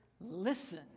listen